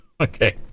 okay